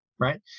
Right